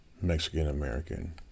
Mexican-American